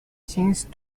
changed